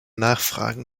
nachfragen